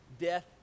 death